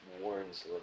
warns